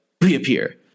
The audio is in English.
reappear